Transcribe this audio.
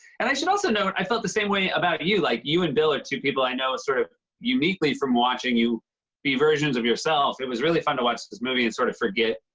and i should also note, i felt the same way about you. like, you and bill are two people i know sort of uniquely from watching you be versions of yourself. it was really fun to watch this movie and sort of forget